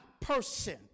person